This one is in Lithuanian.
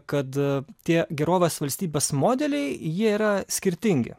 kad tie gerovės valstybės modeliai jie yra skirtingi